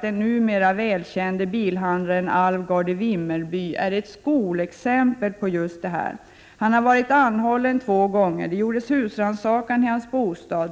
Den numera välkände bilhandlaren Alvgard i Vimmerby är ett skolexempel på detta. Han har varit anhållen två gånger. Det gjordes husrannsakan i hans bostad.